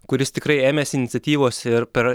kuris tikrai ėmėsi iniciatyvos ir per